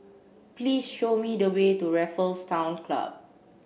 please show me the way to Raffles Town Club